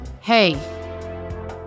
Hey